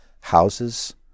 houses